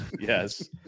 Yes